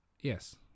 Yes